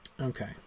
Okay